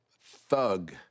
thug